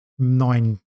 nine